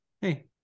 hey